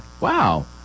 Wow